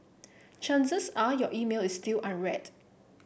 chances are your email is still unread